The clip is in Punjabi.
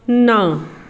ਨਾ